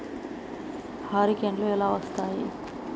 హరికేన్లు ఎలా వస్తాయి?